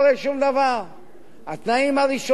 שבהם לא רוצים ועדי עובדים בכלל,